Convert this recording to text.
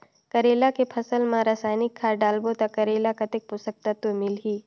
करेला के फसल मा रसायनिक खाद डालबो ता करेला कतेक पोषक तत्व मिलही?